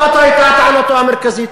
זאת הייתה טענתו המרכזית.